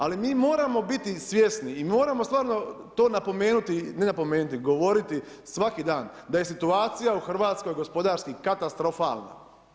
Ali mi moramo biti svjesni i moramo stvarno to napomenuti, ne napomenuti, govoriti svaki dan da je situacija u Hrvatskoj gospodarski katastrofalna.